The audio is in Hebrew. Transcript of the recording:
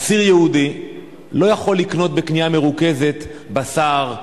אסיר יהודי לא יכול לקנות בקנייה מרוכזת בשר,